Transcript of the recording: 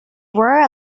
were